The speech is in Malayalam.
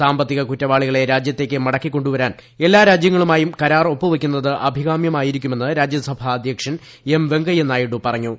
സാമ്പത്തിക കുറ്റവാളികളെ രാജ്യത്തേക്ക് മടക്കി കൊ ുവരാൻ എല്ലാ രാജ്യങ്ങളുമായും കരാർ ഒപ്പു വയ്ക്കുന്നത് അഭികാമ്യമായിരിക്കുമെന്ന് രാജ്യസഭാ അധ്യക്ഷൻ എം വെങ്കയ്യനായിഡു പറഞ്ഞു